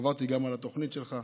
עברתי גם על התוכנית שלך,